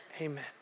Amen